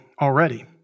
already